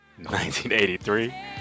1983